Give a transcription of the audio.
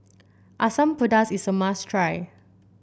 Asam Pedas is a must try